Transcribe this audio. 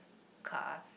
car